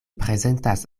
prezentas